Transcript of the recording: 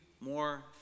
more